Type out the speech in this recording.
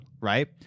Right